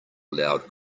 loud